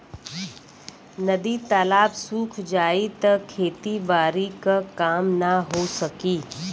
नदी तालाब सुख जाई त खेती बारी क काम ना हो सकी